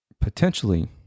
potentially